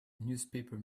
newspaper